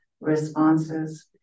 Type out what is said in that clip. responses